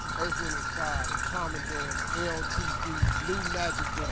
earth, wind and fire, the commodores, ltd, blue magic,